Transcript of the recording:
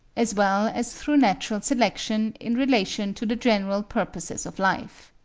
as well as through natural selection in relation to the general purposes of life.